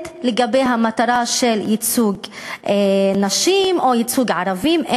לגבי המטרה של ייצוג נשים או ייצוג ערבים,